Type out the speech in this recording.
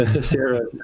Sarah